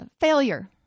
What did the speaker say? failure